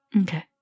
okay